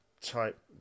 type